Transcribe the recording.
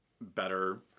better